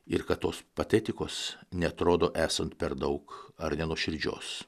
ir kad tos patetikos neatrodo esant per daug ar nenuoširdžios